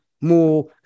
more